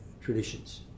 traditions